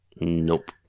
Nope